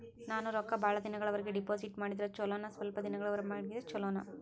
ನಾನು ರೊಕ್ಕ ಬಹಳ ದಿನಗಳವರೆಗೆ ಡಿಪಾಜಿಟ್ ಮಾಡಿದ್ರ ಚೊಲೋನ ಸ್ವಲ್ಪ ದಿನಗಳವರೆಗೆ ಮಾಡಿದ್ರಾ ಚೊಲೋನ?